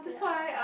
yeah